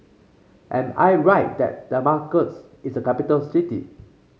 am I right that Damascus is a capital city